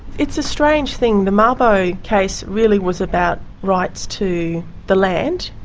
it's a strange thing, the mabo case really was about rights to the land,